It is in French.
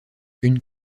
une